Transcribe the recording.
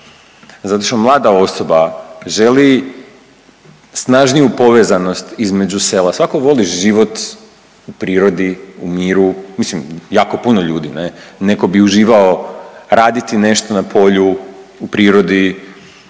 zato što mlada osoba želi snažniju povezanost između sela. Svako voli život u prirodi, u miru, mislim jako puno ljudi ne, neko bi uživao raditi nešto na polju u prirodi,